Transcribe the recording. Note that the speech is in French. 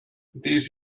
des